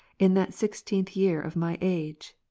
in that sixteenth year of my age?